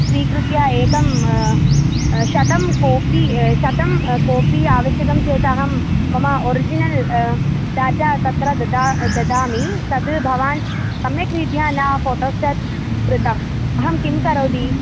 स्वीकृत्य एकं शतं कोपि शतं कोपि आवश्यकं चेत् अहं मम ओरिजिनल् डाटा तत्र ददामि ददामि तद् भवान् सम्यक्रीद्या न फ़ोटोस्टाट् कृतम् अहं किं करोति